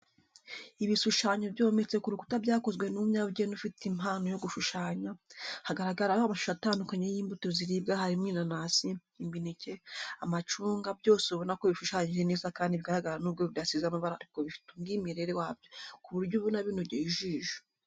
Ibisushanyo byometse ku rukuta byakozwe n'umunyabugeni ufite impano yo gushushanya, hagaragaraho amashusho atandukanye y'imbuto ziribwa harimo inanasi, imineke, amacunga byose ubona ko bishushanyije neza kandi bigaragara nubwo bidasize amabara ariko bifite umwimerere wabyo ku buryo ubona binogeye ijisho.